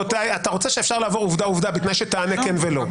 אפשר לעבור עובדה-עובדה בתנאי שתענה כן ולא.